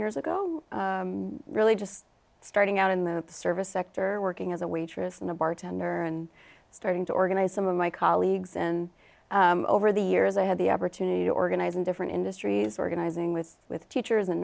years ago really just starting out in the service sector working as a waitress and a bartender and starting to organize some of my colleagues and over the years i had the opportunity to organize in different industries organizing with with teachers and